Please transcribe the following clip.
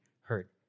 hurt